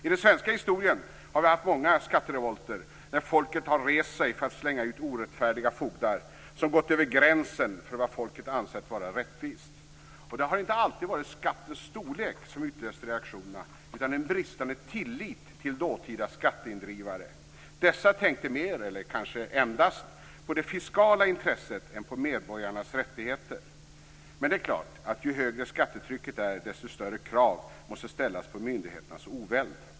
I den svenska historien har vi haft många skatterevolter där folket har rest sig för att slänga ut orättfärdiga fogdar som går över gränsen för vad folket ansett vara rättvist. Det har inte alltid varit skattens storlek som utlöst reaktionerna utan en bristande tillit till dåtida skatteindrivare. Dessa tänkte mer, eller kanske endast, på det fiskala intresset än på medborgarnas rättigheter. Ju högre skattetrycket är, desto större krav måste ställas på myndigheternas oväld.